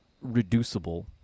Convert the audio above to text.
reducible